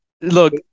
Look